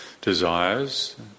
desires